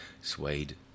Suede